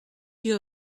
you